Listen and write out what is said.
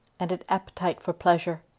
and an appetite for pleasure.